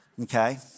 Okay